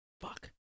Fuck